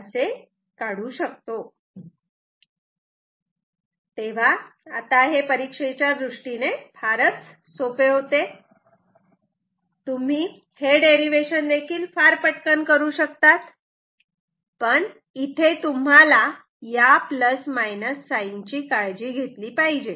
तर आता हे परीक्षेच्या दृष्टीने फारच सोपे होते तुम्ही हे डेरिवेशन फार पटकन करू शकतात पण इथे तुम्हाला या प्लस मायनस साइन sign ची काळजी घेतली पाहिजे